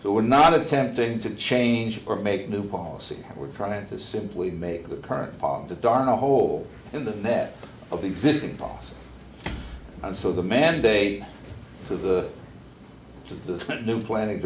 so we're not attempting to change or make new policy we're trying to simply make the current part of the darn a hole in the net of the existing policy and so the mandate to the to the new pla